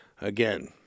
again